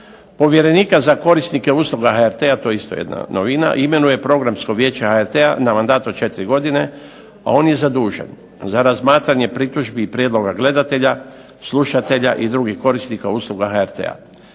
jedna od novina, imenuje Programsko vijeće HRT-a na mandat od 4 godine, a on je zadužen za razmatranje pritužbi i prijedloga gledatelja, slušatelja i drugih korisnika usluga HRT-a.